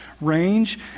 range